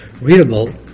readable